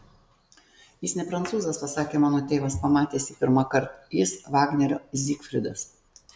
jis ne prancūzas pasakė mano tėvas pamatęs jį pirmąkart jis vagnerio zygfridas